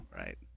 Right